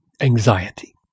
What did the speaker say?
anxiety